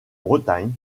bretagne